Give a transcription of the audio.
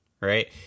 right